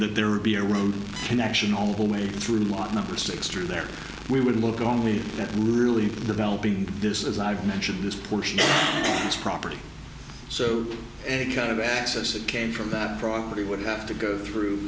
that there would be a road connection all the way through the lot number six through there we would look only at really developing this as i've mentioned this portion of its property so any kind of access that came from that property would have to go through